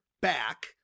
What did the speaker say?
back